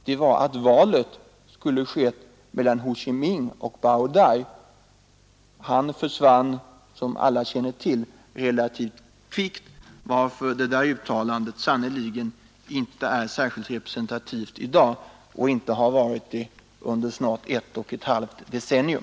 Det var att valet skulle ske mellan Ho Chi Minh och Bao Dai. Bao Dai försvann, som alla känner till, relativt kvickt, varför det där uttalandet sannerligen inte är särskilt representativt för dagens situation och inte har varit det under snart ett och ett halvt decennium.